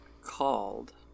called